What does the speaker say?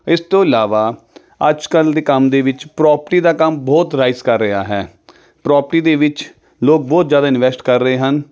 ਇਸ ਤੋਂ ਇਲਾਵਾ ਅੱਜ ਕੱਲ੍ਹ ਦੇ ਕੰਮ ਦੇ ਵਿੱਚ ਪ੍ਰੋਪਰਟੀ ਦਾ ਕੰਮ ਬਹੁਤ ਰਾਈਜ ਕਰ ਰਿਹਾ ਹੈ ਪ੍ਰੋਪਰਟੀ ਦੇ ਵਿੱਚ ਲੋਕ ਬਹੁਤ ਜ਼ਿਆਦਾ ਇਨਵੈਸਟ ਕਰ ਰਹੇ ਹਨ